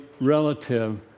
relative